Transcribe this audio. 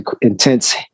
intense